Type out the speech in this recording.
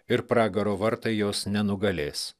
ir pragaro vartai jos nenugalės